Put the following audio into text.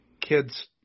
kids –